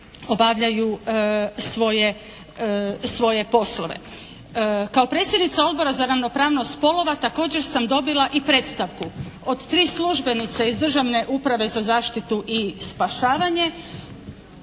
obavljaju svoje poslove? Kao predsjednica Odbora za ravnopravnost spolova također sam dobila i predstavku od tri službenice iz Državne uprave za zaštitu i spašavanje